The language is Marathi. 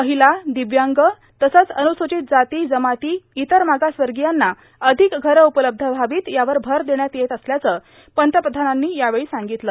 महिला दिव्यांग तसंच अनुस्वित जाती जमाती इतर मागासवर्गीयांना अधिक घरं उपलब्ध व्हावी यावर भर देण्यात येत असल्याचं पंतप्रधानांनी यावेळी सांगितलं